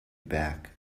back